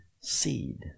seed